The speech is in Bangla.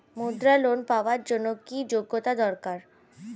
মুদ্রা লোন পাওয়ার জন্য কি যোগ্যতা দরকার?